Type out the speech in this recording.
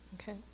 Okay